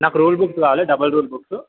నాకు ruled books కావాలి double ruled books